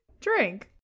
drink